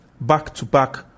back-to-back